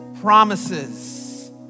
promises